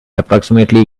approximately